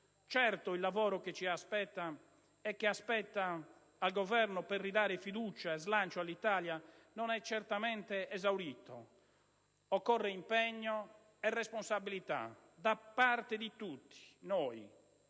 Certo, il lavoro che ci aspetta, e che aspetta il Governo, per ridare fiducia e slancio all'Italia non è certamente esaurito: occorrono impegno e responsabilità da parte di tutti noi